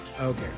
Okay